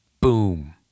boom